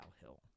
Hill